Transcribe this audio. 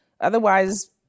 Otherwise